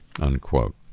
unquote